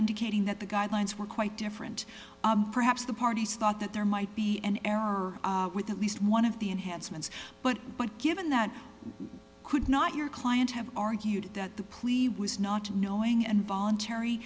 indicating that the guidelines were quite different perhaps the parties thought that there might be an error with at least one of the enhancements but but given that could not your client have argued that the plea was not knowing and voluntary